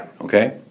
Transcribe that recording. okay